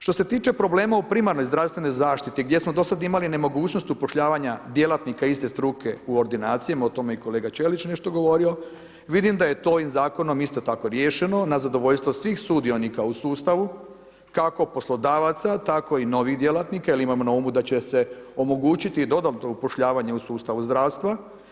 Što se tiče problema u primarnoj zdravstvenoj zaštiti gdje smo do sad imali nemogućnost upošljavanja djelatnika iste struke u ordinacijama, o tome je i kolega Ćelić nešto govorio, vidim da je to ovim zakonom isto tako riješeno na zadovoljstvo svih sudionika u sustavu kako poslodavaca tako i novih djelatnika jer imajmo na umu da će se omogućiti i dodatno upošljavanje u sustavu zdravstva.